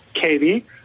Katie